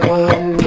one